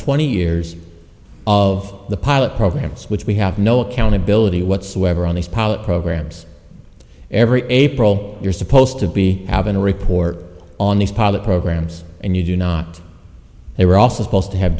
twenty years of the pilot programs which we have no accountability whatsoever on these pilot programs every april you're supposed to be having a report on these pilot programs and you do not they were all supposed to have